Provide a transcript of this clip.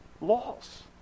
laws